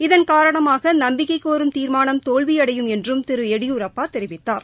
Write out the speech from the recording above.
இதன் காரணமாக நம்பிக்கை கோரும் தீாமானம் தோல்வியடையும் என்றும் திரு எடியூரப்பா தெரிவித்தார்